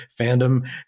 Fandom